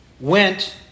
went